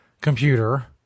computer